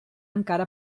encara